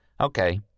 Okay